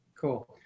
Cool